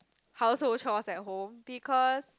household chores at home because